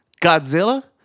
Godzilla